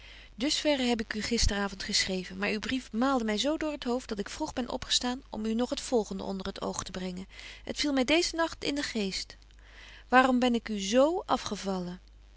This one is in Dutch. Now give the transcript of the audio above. dus verre heb ik u gister avond geschreven maar uw brief maalde my zo door t hoofd dat ik vroeg ben opgestaan om u nog het volgende onder het oog te brengen het viel my deezen nagt in den geest waarom ben ik u z afgevallen